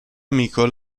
amico